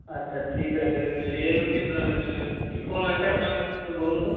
আচ্ছা ঠিক আছে রিয়েলমির কী ফোন আছে আপনার একটু বলুন তো